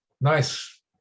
nice